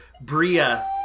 Bria